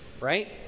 right